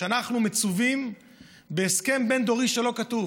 שאנחנו מצווים בהסכם בין-דורי שלא כתוב,